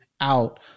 out